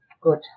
Good